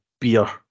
beer